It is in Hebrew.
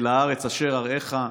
אל הארץ אשר אראך".